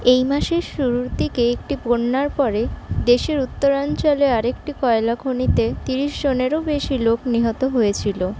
এই মাসের শুরুর দিকে একটি বন্যার পরে দেশের উত্তরাঞ্চলে আরেকটি কয়লা খনিতে তিরিশ জনেরও বেশি লোক নিহত হয়েছিল